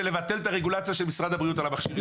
ולבטל את הרגולציה של משרד הבריאות על המכשירים.